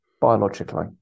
biologically